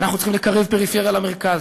אנחנו צריכים לקרב פריפריה למרכז,